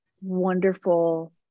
wonderful